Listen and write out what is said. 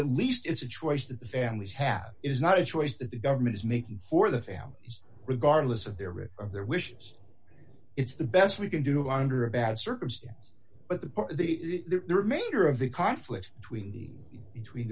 at least it's a choice that the families have is not a choice that the government is making for the families regardless of their writ of their wishes it's the best we can do under a bad circumstance but the remainder of the conflicts between the between